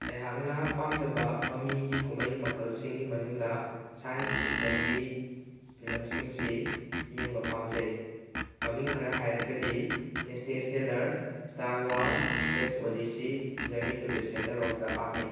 ꯑꯩꯍꯥꯛꯅ ꯄꯥꯝꯖꯕ ꯃꯃꯤꯒꯤ ꯀꯨꯝꯍꯩ ꯃꯈꯜꯁꯤꯡꯒꯤ ꯃꯅꯨꯡꯗ ꯁꯥꯏꯟꯁ ꯐꯤꯛꯁꯟꯒꯤ ꯐꯤꯂꯝꯁꯤꯡꯁꯤ ꯌꯦꯡꯕ ꯄꯥꯝꯖꯩ ꯃꯃꯤꯡ ꯈꯔ ꯍꯥꯏꯔꯒꯗꯤ Interstellar Star Wars Space Odyssey Journey to the Centre of the ꯑꯥꯔꯠꯅꯤ